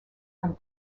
from